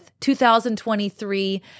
2023